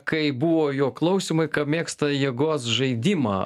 kai buvo jo klausymai ka mėgsta jėgos žaidimą